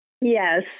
Yes